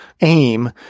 aim